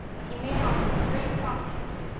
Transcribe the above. but he made off with great profit.